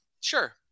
sure